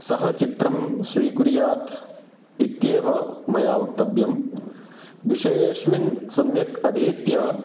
सः चित्रम् स्वीकुर्यात् इत्येव मया वक्तव्यं विषयेस्मिन् सम्यक् अधीत्य